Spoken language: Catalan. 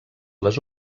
les